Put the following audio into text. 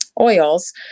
oils